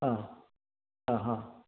ആ ആ ഹ